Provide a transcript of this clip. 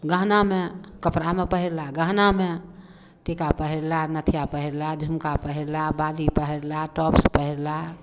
गहनामे कपड़ामे पहिरलाह गहना मे टीका पहिरलाह नथिया पहिरलाह झुमका पहिरलाह बाली पहिरलाह टॉप्स पहिरलाह